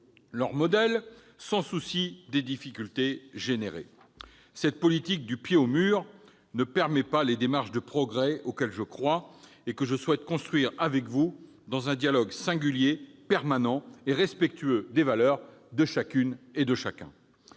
leurs modèles sans se soucier des difficultés créées. Cette politique du « pied au mur » ne permet pas les démarches de progrès auxquelles je crois et que je souhaite construire avec vous dans un dialogue singulier, permanent et respectueux des valeurs de chacune et chacun.